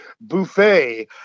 buffet